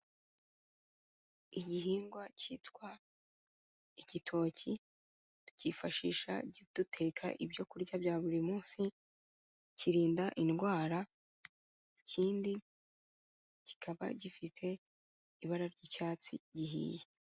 Igihingwa cyitwa igitoki, tucyifashisha duteka ibyo kurya bya buri munsi, kirinda indwara, ikindi kikaba gifite ibara ry'icyatsi gihiye.